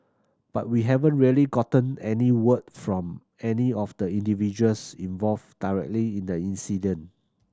but we haven't really gotten any word from any of the individuals involved directly in the incident